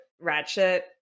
Ratchet